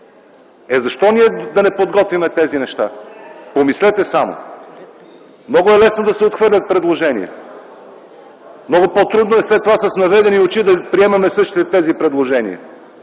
Е, защо ние да не подготвим тези неща? Помислете само! Много е лесно да се отхвърлят предложения, а много по-трудно е след това с наведени очи да приемаме същите тези предложения.